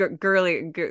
girly